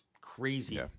crazy